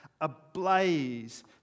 ablaze